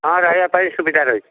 ହଁ ରହିବା ପାଇଁ ସୁବିଧା ରହିଛି